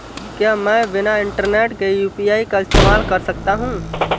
क्या मैं बिना इंटरनेट के यू.पी.आई का इस्तेमाल कर सकता हूं?